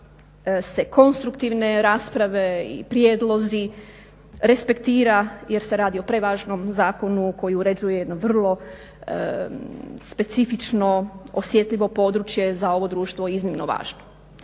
se konstruktivne rasprave i prijedlozi respektira jer se radi o prevažnom zakonu koji uređuje jedno vrlo specifično osjetljivo područje, za ovo društvo iznimno važno.